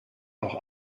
auch